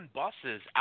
buses